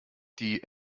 die